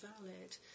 valid